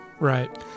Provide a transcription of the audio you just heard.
Right